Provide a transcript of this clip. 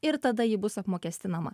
ir tada ji bus apmokestinama